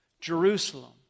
Jerusalem